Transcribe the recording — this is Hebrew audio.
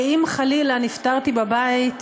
שאם חלילה נפטרתי בבית,